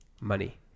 money